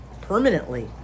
permanently